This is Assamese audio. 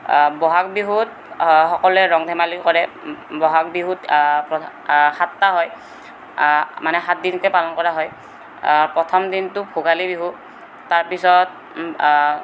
বহাগ বিহুত সকলোৱে ৰং ধেমালি কৰে ব বহাগ বিহুত প্ৰধান সাতটা হয় মানে সাতদিনকৈ পালন কৰা হয় প্ৰথম দিনটো ভোগালী বিহু তাৰপিছত